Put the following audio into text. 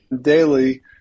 Daily